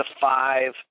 five